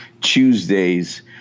Tuesdays